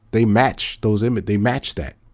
they match those images, they match that.